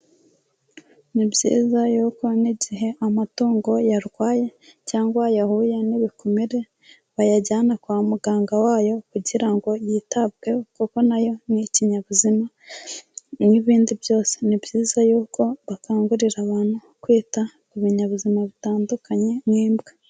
Ni byiza yuko n'igihe amatungo yarwaye cyangwa yahuye n'ibikomere, bayajyana kwa muganga wayo kugira ngo yitabweho, kuko na yo ni ikinyabuzima, n'ibindi byose ni byiza yuko bakangurira abantu kwita ku binyabuzima bitandukanye nk'imbwa.